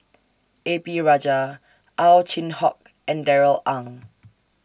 A P Rajah Ow Chin Hock and Darrell Ang